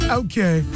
okay